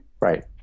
Right